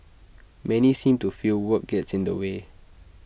many seem to feel work gets in the way